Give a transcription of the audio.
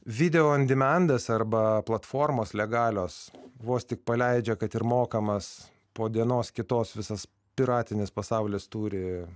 videoandinandas arba platformos legalios vos tik paleidžia kad ir mokamas po dienos kitos visas piratinis pasaulis turi